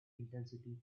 intensity